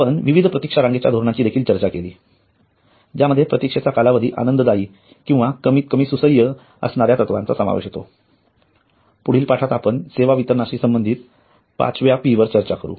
आपण विविध प्रतीक्षा रांगेच्या धोरणाची देखील चर्चा केली ज्यामध्ये प्रतीक्षेचा कालावधी आनंददायी किंवा कमीत कमी सुसह्य करण्याच्या तत्त्वांचा समावेश होतो पुढील पाठात आपण सेवा वितरणाशी संबंधित 5 व्या पी वर चर्चा करू